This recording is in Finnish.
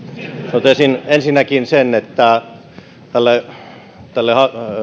totesin ensinnäkin sen että tälle tälle